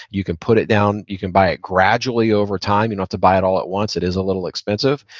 you can put it down, you can buy it gradually over time. you know to buy it all at once. it is a little expensive,